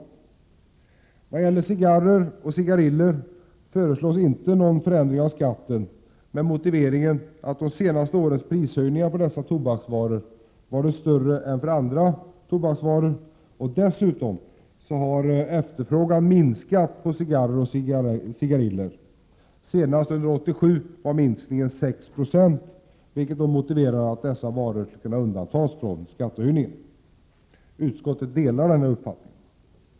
I vad gäller cigarrer och cigariller föreslås inte någon förändring av skatten med motiveringen att de senaste årens prishöjningar på dessa tobaksvaror varit större än för andra tobaksvaror. Dessutom har, framhålls det, efterfrågan minskat på cigarrer och cigariller — senast 1987 uppgick minskningen till 6 26 —, vilket motiverar att dessa varor undantas från skattehöjningen. Utskottet delar denna uppfattning.